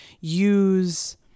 use